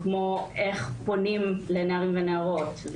כמו איך פונים לנערים ונערות,